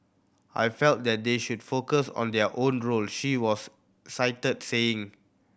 I feel that they should focus on their own role she was cited saying